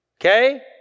Okay